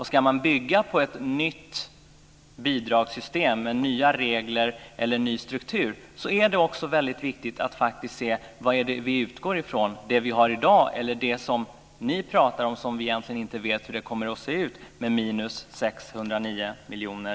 Ska man bygga på ett nytt bidragssystem med nya regler eller ny struktur, är det väldigt viktigt att se vad det är vi utgår från, det vi har i dag eller det som ni talar om och som vi egentligen inte vet hur det kommer att se ut med minus 609 miljoner.